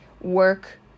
work